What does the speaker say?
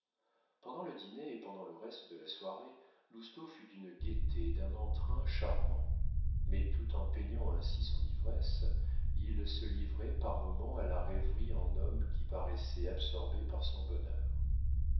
pendant le dîner et pendant le reste de la soirée lousteau fut d'une gaieté d'un entrain charmant mais tout en peignant ainsi son ivresse il se livrait par moments à la rêverie en homme qui paraissait absorbé par son bonheur